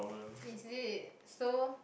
is it so